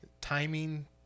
timing